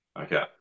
Okay